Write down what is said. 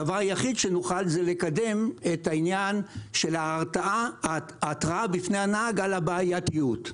הדבר היחיד שנוכל זה לקדם את העניין של ההתרעה בפני הנהג על הבעייתיות.